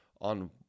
On